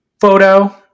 photo